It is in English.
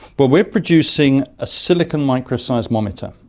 but we're producing a silicon micro-seismometer,